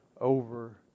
over